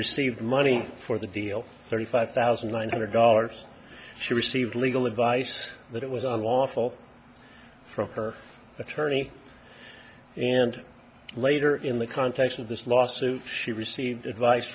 received money for the deal thirty five thousand nine hundred dollars she received legal advice that it was unlawful for her attorney and later in the context of this lawsuit she received advice